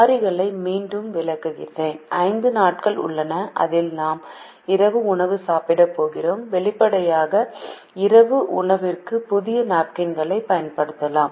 மாறிகளை மீண்டும் விளக்குகிறேன் 5 நாட்கள் உள்ளன அதில் நாம் இரவு உணவு சாப்பிடப் போகிறோம் வெளிப்படையாக இரவு உணவிற்கு புதிய நாப்கின்களைப் பயன்படுத்தலாம்